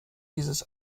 dieses